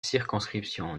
circonscriptions